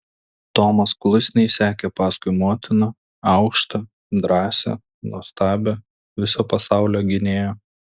tomas klusniai sekė paskui motiną aukštą drąsią nuostabią viso pasaulio gynėją